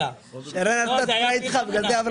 הצבעה הרוויזיה לא אושרה.